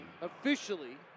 officially